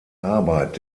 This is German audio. arbeit